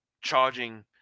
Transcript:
charging